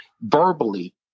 verbally